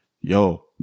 yo